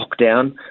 lockdown